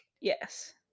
Yes